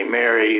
Mary